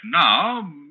now